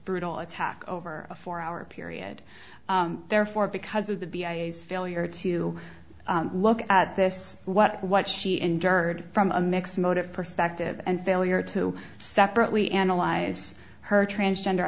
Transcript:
brutal attack over a four hour period therefore because of the b i e s failure to look at this what what she endured from a mixed motive perspective and failure to separately analyze her transgender